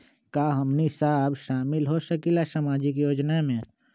का हमनी साब शामिल होसकीला सामाजिक योजना मे?